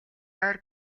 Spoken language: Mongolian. ойр